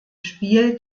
spiel